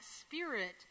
spirit